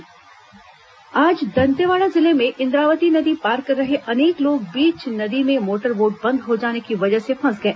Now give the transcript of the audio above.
दंतेवाड़ा नाव आज दंतेवाड़ा जिले में इंद्रावती नदी पार कर रहे अनेक लोग बीच नदी में मोटरबोट बंद हो जाने की वजह से फंस गए